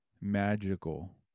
magical